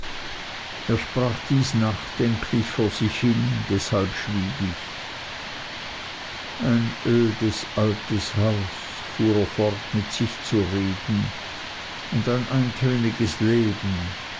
er sprach dies nachdenklich vor sich hin deshalb schwieg ich ein ödes altes haus fuhr er fort mit sich zu reden und ein eintöniges leben